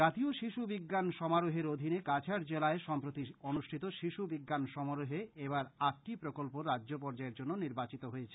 জাতীয় শিশু বিজ্ঞান সমারোহের অধীনে কাছাড় জেলায় সম্প্রতি অনুষ্ঠিত শিশু বিজ্ঞান সমারোহে এবার আটটি প্রকল্প রাজ্য পর্যায়ের জন্য নির্বাচিত হয়েছে